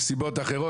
מסיבות אחרות.